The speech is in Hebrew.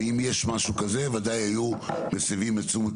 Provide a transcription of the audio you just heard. ואם יש משהו כזה ודאי היו מסבים את תשומת